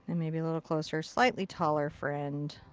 and maybe a little closer, slightly taller friend.